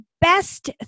best